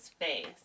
face